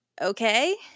okay